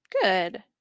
Good